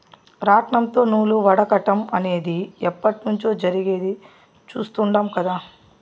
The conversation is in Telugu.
రాట్నంతో నూలు వడకటం అనేది ఎప్పట్నుంచో జరిగేది చుస్తాండం కదా